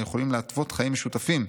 היכולים להתוות חיים משותפים,